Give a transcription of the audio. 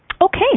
Okay